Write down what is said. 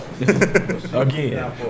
Again